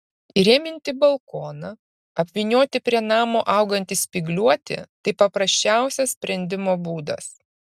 įrėminti balkoną apvynioti prie namo augantį spygliuotį tai paprasčiausias sprendimo būdas